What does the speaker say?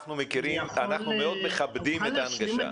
אנחנו מאוד מכבדים את ההנגשה.